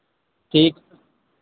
ठीक